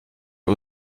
der